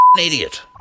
idiot